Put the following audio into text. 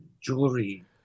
jewelry